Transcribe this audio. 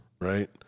right